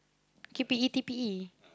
T_P_E T_P_E